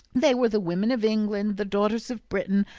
they were the women of england, the daughters of britain,